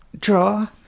draw